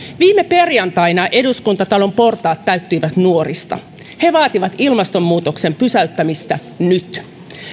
viime perjantaina eduskuntatalon portaat täyttyivät nuorista he vaativat ilmastonmuutoksen pysäyttämistä nyt